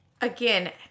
Again